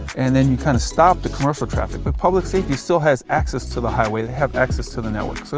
and then you kind of stop the commercial traffic, but public safety still has access to the highway. they have access to the network. so